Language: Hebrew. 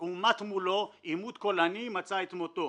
הוא עומת מולו עימות קולני - מצא את מותו.